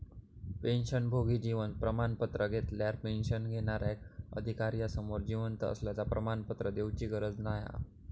पेंशनभोगी जीवन प्रमाण पत्र घेतल्यार पेंशन घेणार्याक अधिकार्यासमोर जिवंत असल्याचा प्रमाणपत्र देउची गरज नाय हा